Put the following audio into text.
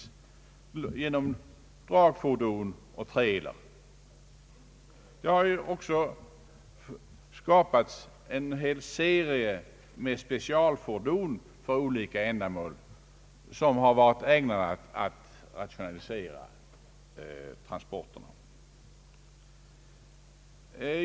Jag åberopar bl.a. tillkomsten av de s.k. trailerekipagen. Det har också skapats en hel serie av specialfordon för olika ändamål som varit ägnade att rationalisera transporterna.